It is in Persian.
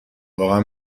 واقعا